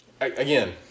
Again